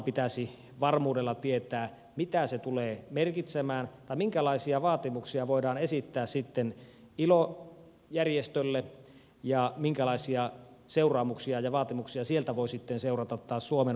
pitäisi varmuudella tietää mitä se tulee merkitsemään tai minkälaisia vaatimuksia voidaan esittää sitten ilo järjestölle ja minkälaisia seuraamuksia ja vaatimuksia sieltä voi seurata taas suomen valtiolle